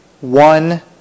one